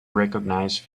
recognised